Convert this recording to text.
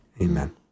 Amen